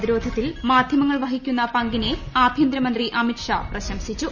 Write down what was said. പ്രതിരോധത്തിൽ മാധ്യമങ്ങൾ വഹിക്കുന്ന പങ്കിനെ ആഭ്യന്തരമന്ത്രി അമിത്ഷാ പ്രശംസിച്ചു